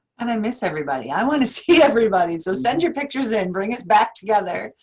and i miss everybody! i want to see everybody! so send your pictures and bring us back together.